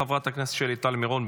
חברת הכנסת שלי טל מירון,